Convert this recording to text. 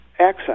accent